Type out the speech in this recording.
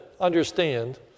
understand